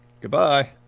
goodbye